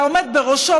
והעומד בראשו,